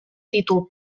títol